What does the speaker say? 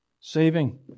Saving